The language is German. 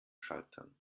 schaltern